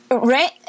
Right